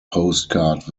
postcard